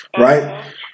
Right